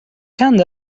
چند